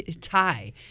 tie